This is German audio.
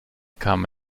kam